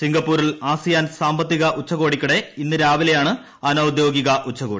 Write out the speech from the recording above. സിംഗപ്പൂരിൽ ആസിയാൻ സാമ്പത്തിക ഉച്ചകോടിക്കിടെ ഇന്ന് രാവിലെയാണ് അനൌദ്യോഗിക ഉച്ചകോടി